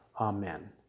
Amen